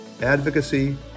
advocacy